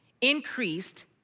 increased